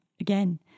again